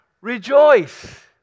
rejoice